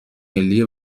ملی